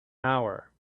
hour